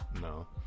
No